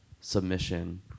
submission